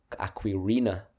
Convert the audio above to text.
Aquirina